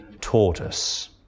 tortoise